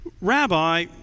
Rabbi